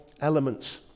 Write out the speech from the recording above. elements